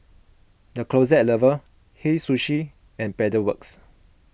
the Closet Lover Hei Sushi and Pedal Works